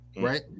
right